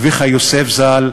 אביך יוסף ז"ל,